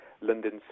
London's